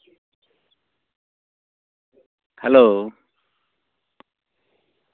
hello